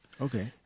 Okay